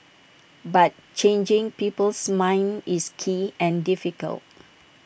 but changing people's minds is key and difficult